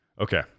Okay